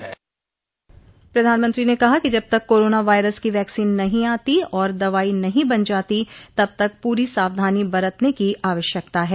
प्रधानमंत्री ने कहा कि जब तक कोरोना वायरस की वैक्सीन नहीं आती और दवाई नहीं बन जाती तब तक पूरी सावधानी बरतने की आवश्यकता है